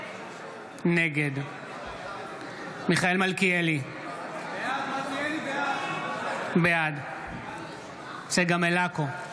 נגד מיכאל מלכיאלי, בעד צגה מלקו,